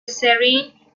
سرین